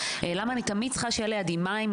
למה אני תמיד צריכה שיהיו לידי מים,